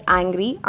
angry